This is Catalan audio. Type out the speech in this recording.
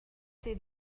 ser